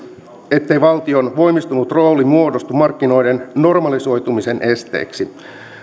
ettei valtion voimistunut rooli muodostu markkinoiden normalisoitumisen esteeksi